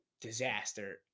disaster